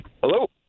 Hello